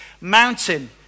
mountain